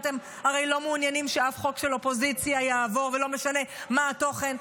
הרי אתם לא מעוניינים שאף חוק של האופוזיציה יעבור ולא משנה מה התוכן.